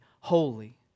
Holy